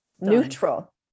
Neutral